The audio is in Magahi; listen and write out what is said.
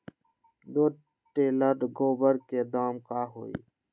दो टेलर गोबर के दाम का होई?